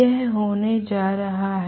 यह होने जा रहा है